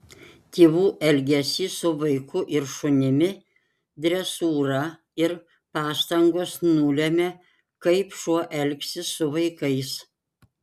tėvų elgesys su vaiku ir šunimi dresūra ir pastangos nulemia kaip šuo elgsis su vaikais